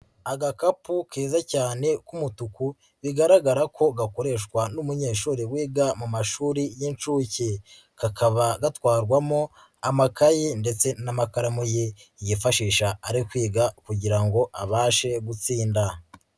Agakapu kieza cyane k'umutuku, bigaragara ko gakoreshwa n'umunyeshuri wiga mu mashuri y'inshuke. Kakaba gatwarwamo amakaye ndetse n'amakaramu ye, yifashisha ari kwiga kugira ngo abashe gutsinda.